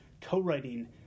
co-writing